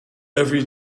every